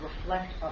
reflect